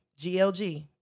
GLG